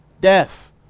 Death